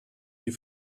die